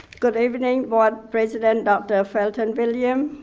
good evening board president dr. felton william,